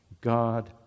God